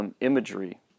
Imagery